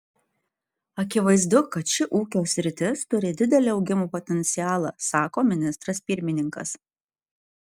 akivaizdu kad ši ūkio sritis turi didelį augimo potencialą sako ministras pirmininkas